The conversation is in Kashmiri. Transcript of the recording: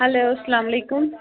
ہیلو اسلامُ علیکُم